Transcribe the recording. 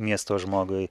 miesto žmogui